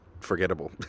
forgettable